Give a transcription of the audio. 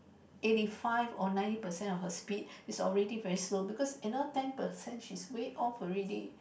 eighty five or ninety percent of her speed is already very slow because you know ten percent she is way off already